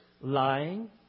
lying